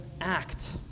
act